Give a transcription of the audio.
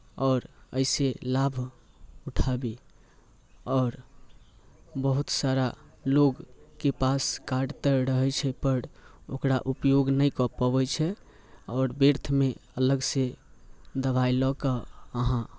आओर एहिसँ लाभ उठाबी आओर बहुत सारा लोकके पास कार्ड तऽ रहैत छै पर ओकरा उपयोग नहि कऽ पबैत छै आओर व्यर्थमे अलगसँ दवाइ लऽ कऽ अहाँ